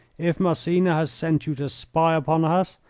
if massena has sent you to spy upon us,